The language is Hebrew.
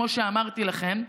כמו שאמרתי לכם.